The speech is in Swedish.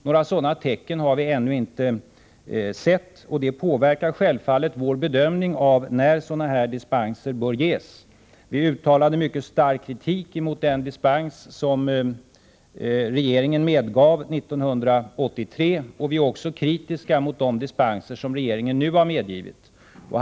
Några sådana tecken har vi emellertid ännu inte sett, och det påverkar självfallet vår bedömning av när sådana dispenser bör ges. Vi uttalade mycket stark kritik mot den dispens som regeringen medgav 1983, och vi är kritiska mot de dispenser som regeringen nu har medgivit.